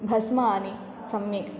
भस्मानि सम्यक्